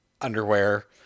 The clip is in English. underwear